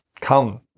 Come